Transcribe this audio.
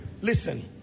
listen